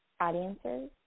audiences